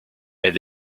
elle